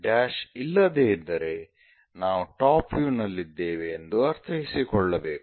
dash ಇಲ್ಲದೆ ಇದ್ದರೆ ನಾವು ಟಾಪ್ ವ್ಯೂ ನಲ್ಲಿದ್ದೇವೆ ಎಂದು ಅರ್ಥೈಸಿಕೊಳ್ಳಬೇಕು